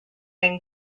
been